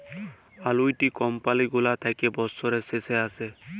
আলুইটি কমপালি গুলা থ্যাকে বসরের শেষে আসে